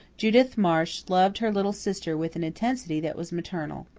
judith marsh loved her little sister with an intensity that was maternal.